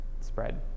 spread